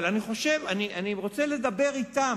אבל אני חושב, אני רוצה לדבר אתם.